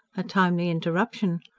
a timely interruption!